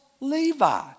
Levi